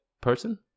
person